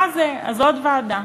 מה זה, אז עוד ועדה.